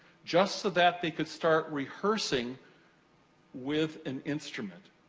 just so that they could start rehearsing with an instrument,